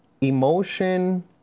emotion